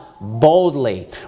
boldly